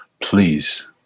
please